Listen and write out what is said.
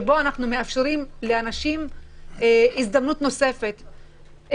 שבו אנחנו מאפשרים לאנשים הזדמנות נוספת.